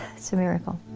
it's a miracle